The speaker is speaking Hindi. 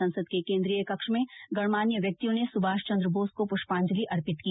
संसद के केन्द्रीय कक्ष में गणमान्य व्यक्तियों ने सुभाष चन्द्र बोस को पुष्पाजंलि अर्पित की